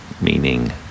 meaning